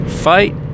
Fight